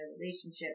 relationship